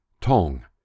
Tong